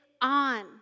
on